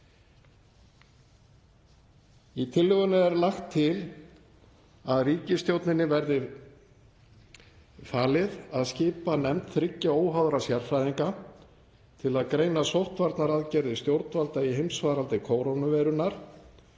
Í tillögunni er lagt til að ríkisstjórninni verði falið að skipa nefnd þriggja óháðra sérfræðinga til að greina sóttvarnaaðgerðir stjórnvalda í heimsfaraldri kórónuveirunnar